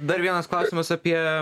dar vienas klausimas apie